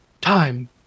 Time